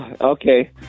Okay